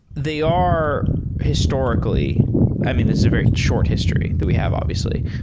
they are historically i mean, this is a very short history that we have obviously.